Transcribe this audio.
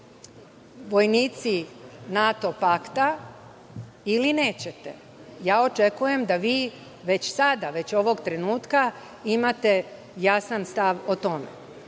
vojnici NATO pakta ili nećete? Ja očekujem da vi već sada, već ovog trenutka imate jasan stav o tome. Što